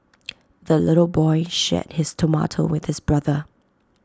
the little boy shared his tomato with his brother